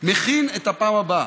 מכין את הפעם הבאה.